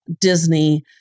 Disney